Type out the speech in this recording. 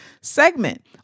segment